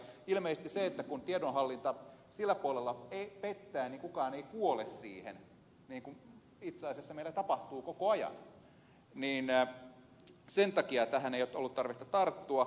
ilmeisesti kun tiedonhallinta sillä puolella pettää niin kukaan ei kuole siihen niin kuin itse asiassa meillä tapahtuu koko ajan ja sen takia tähän ei ole ollut tarvetta tarttua